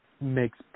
makes